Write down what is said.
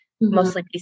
mostly